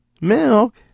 Milk